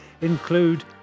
include